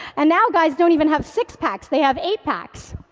and now guys don't even have six-packs, they have eight-packs.